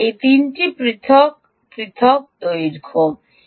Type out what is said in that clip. এই 3 টি পৃথক পৃথক দৈর্ঘ্য 3